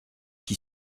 qui